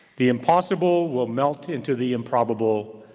the impossible will melt into the improbable,